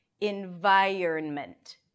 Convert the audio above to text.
environment